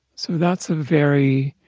so that's a very